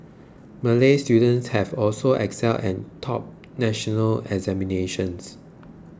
Malay students have also excelled and topped national examinations